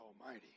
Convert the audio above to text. Almighty